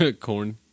Corn